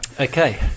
okay